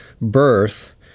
birth